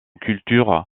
culture